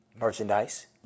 merchandise